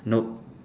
no